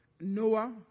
Noah